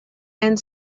and